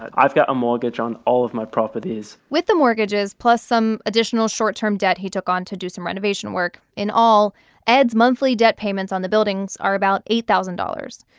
i've got a mortgage on all of my properties with the mortgages plus some additional short-term debt he took on to do some renovation work, in all ed's monthly debt payments on the buildings are about eight thousand dollars,